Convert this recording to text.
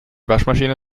waschmaschine